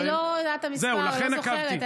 אני לא יודעת את המספר, אני לא זוכרת.